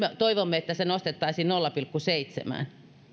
me toivomme että se nostettaisiin nolla pilkku seitsemään